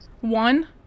One